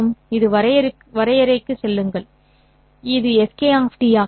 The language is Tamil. இது வரையறைக்குச் செல்லுங்கள் இது Sk ஆக இருக்கும்